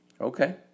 Okay